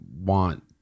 want –